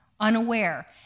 Unaware